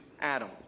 Adam